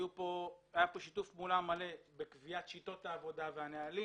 היה פה שיתוף פעולה מלא בקביעת שיטות העבודה והנהלים.